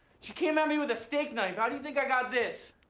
she came at me with a steak knife, how do you think i go this?